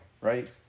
right